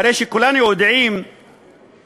הרי כולנו יודעים